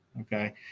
okay